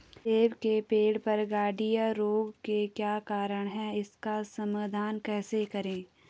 सेब के पेड़ पर गढ़िया रोग के क्या कारण हैं इसका समाधान कैसे करें?